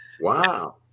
Wow